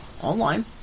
online